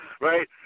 Right